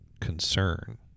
concern